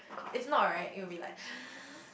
if not right you will be like